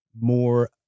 more